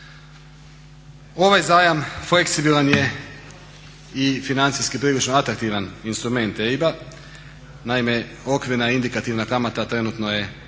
Ovaj zajam fleksibilan je i financijski prilično atraktivan instrument EIB-a. Naime, okvirna indikativna kamata trenutno je nešto manja